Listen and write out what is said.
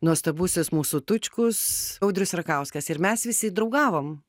nuostabusis mūsų tučkus audrius rakauskas ir mes visi draugavom